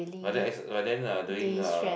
but then exe~ but then uh doing uh